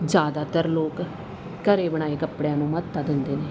ਜ਼ਿਆਦਾਤਰ ਲੋਕ ਘਰ ਬਣਾਏ ਕੱਪੜਿਆਂ ਨੂੰ ਮਹੱਤਤਾ ਦਿੰਦੇ ਨੇ